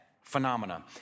phenomena